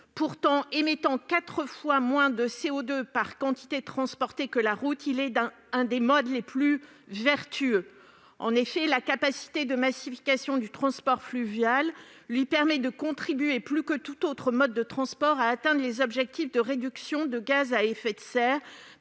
Pourtant, émettant quatre fois moins de CO2 par quantité transportée que la route, il représente un des modes les plus vertueux. En effet, la capacité de massification du transport fluvial lui permet de contribuer, plus que tout autre mode de transport, à atteindre les objectifs de réduction de gaz à effet de serre,